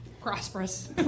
Prosperous